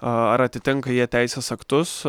ar atitenka jie teisės aktus